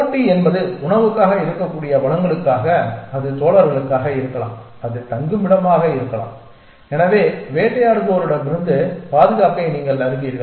போட்டி என்பது உணவுக்காக இருக்கக்கூடிய வளங்களுக்காக அது தோழர்களுக்காக இருக்கலாம் அது தங்குமிடமாக இருக்கலாம் இது வேட்டையாடுபவரிடமிருந்து பாதுகாப்பை நீங்கள் அறிவீர்கள்